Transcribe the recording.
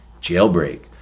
Jailbreak